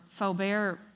Faubert